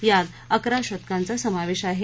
यात अकरा शतकांचा समावेश आहे